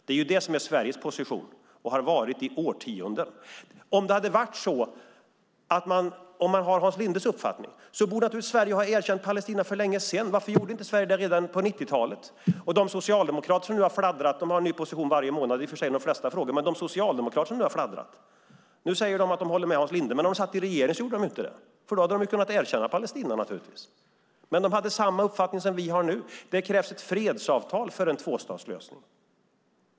Det är Sveriges position, och har varit i årtionden. Med Hans Lindes uppfattning borde naturligtvis Sverige ha erkänt Palestina för länge sedan. Varför gjorde inte Sverige det redan på 1990-talet? De socialdemokrater som nu har fladdrat - de har i och för sig en ny position varje månad i de flesta frågor - säger att de håller med Hans Linde. Men när de satt i regering gjorde de inte det - då hade de ju naturligtvis kunnat erkänna Palestina. Men de hade samma uppfattning som vi har nu. Det krävs ett fredsavtal för en tvåstatslösning.